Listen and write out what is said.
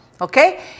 okay